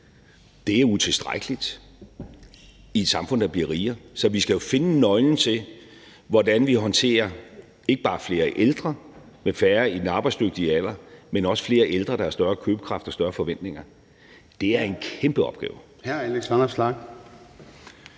er utilstrækkeligt i et samfund, der bliver rigere. Så vi skal jo finde nøglen til, hvordan vi håndterer ikke bare flere ældre med færre i den arbejdsdygtige alder, men også flere ældre, der har større købekraft og større forventninger. Det er en kæmpe opgave.